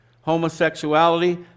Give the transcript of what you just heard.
homosexuality